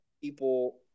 people